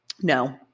no